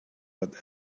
but